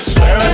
Swear